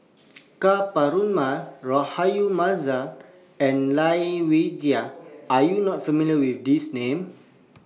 Ka Perumal Rahayu Mahzam and Lai Weijie Are YOU not familiar with These Names